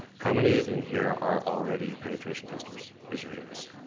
how many in here are already penetration testers? raise your hands.